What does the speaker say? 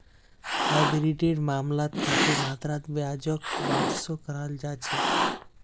हाइब्रिडेर मामलात काफी मात्रात ब्याजक वापसो कराल जा छेक